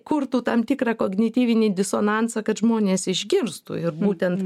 kurtų tam tikrą kognityvinį disonansą kad žmonės išgirstų ir būtent